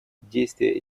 действия